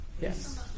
yes